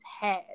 head